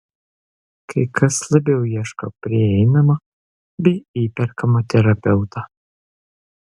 kai kas labiau ieško prieinamo bei įperkamo terapeuto